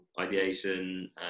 ideation